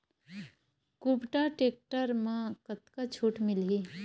कुबटा टेक्टर म कतका छूट मिलही?